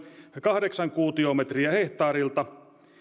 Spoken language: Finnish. kahdeksan kuutiometriä hehtaarilta